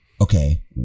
okay